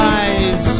eyes